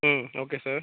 ம் okay sir